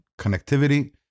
connectivity